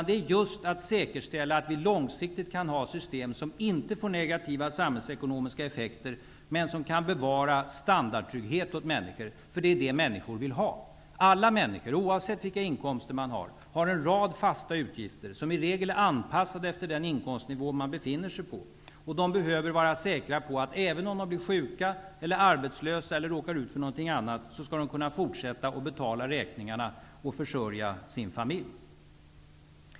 Det är att säker ställa att vi långsiktigt kan ha system som inte får negativa samhällsekonomiska effekter, men som kan bevara standardtrygghet åt människor. Det är nämligen det människor vill ha. Alla människor, oavsett vilka inkomster man har, har en rad fasta utgifter som i regel är anpas sade efter den inkomstnivå man befinner sig på. De behöver vara säkra på att även om de blir sjuka, arbetslösa eller råkar ut för någonting an nat skall de kunna fortsätta att betala räkningarna och försörja sin familj.